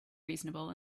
reasonable